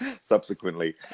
Subsequently